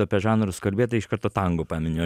apie žanrus kalbėt tai iš karto tango paminiu